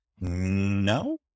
no